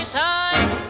time